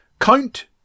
count